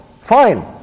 Fine